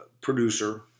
producer